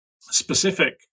specific